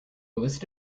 list